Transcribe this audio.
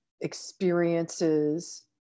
experiences